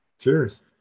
Cheers